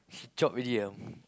she chope already ah